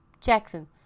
Jackson